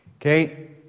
Okay